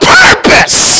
purpose